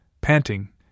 panting